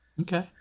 Okay